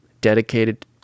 dedicated